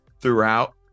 throughout